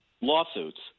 lawsuits